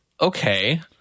okay